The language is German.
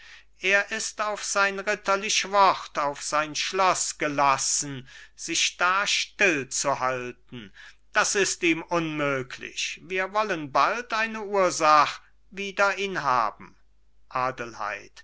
er ist auf sein ritterlich wort auf sein schloß gelassen sich da still zu halten das ist ihm unmöglich wir wollen bald eine ursach wider ihn haben adelheid